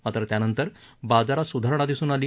मात्र त्यानंतर बाजारात स्धारणा दिसून आली